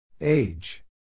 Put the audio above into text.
Age